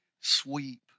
sweep